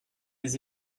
les